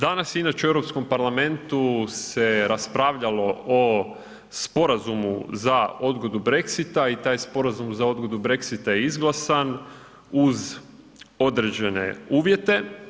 Danas inače u Europskom parlamentu se raspravljalo o Sporazumu za odgodu Brexita i taj Sporazum za odgodu Brexita je izglasan uz određene uvjete.